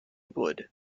wood